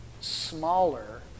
smaller